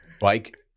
bike